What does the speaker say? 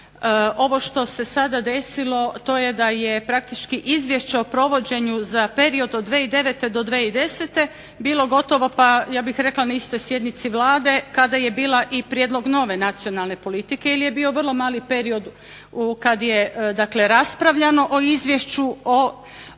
Ovo što se sada desilo to je da je praktički Izvješće o provođenju za period od 2009. do 2010. bilo gotovo pa ja bih rekla na istoj sjednici Vlade kada je bila i prijedlog nove nacionalne politike ili je bio vrlo mali period kad je, dakle raspravljano o izvješću o